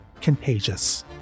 contagious